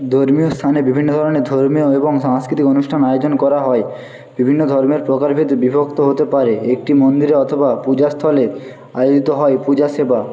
ধর্মীয় স্থানে বিভিন্ন ধরনের ধর্মীয় এবং সাংস্কৃতিক অনুষ্ঠান আয়োজন করা হয় বিভিন্ন ধর্মের প্রকারভেদ বিভক্ত হতে পারে একটি মন্দিরে অথবা পূজাস্থলে আয়োজিত হয় পূজা সেবা